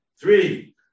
Three